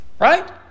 right